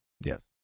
Yes